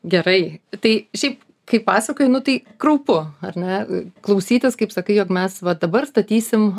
gerai tai šiaip kaip pasakoji nu tai kraupu ar ne klausytis kaip sakai jog mes va dabar statysim